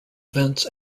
vents